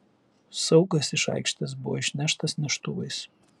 saugas iš aikštės buvo išneštas neštuvais